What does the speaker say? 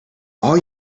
all